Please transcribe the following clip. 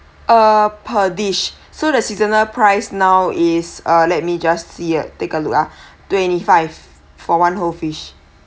uh per dish so the seasonal price now is uh let me just see take a look lah twenty five for one whole fish